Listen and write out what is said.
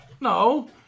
No